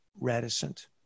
reticent